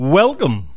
welcome